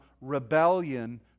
rebellion